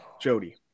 Jody